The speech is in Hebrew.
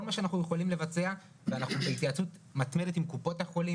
כל מה שאנחנו יכולים לבצע ואנחנו בהתייעצות מתמדת עם קופות החולים